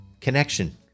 connection